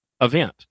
event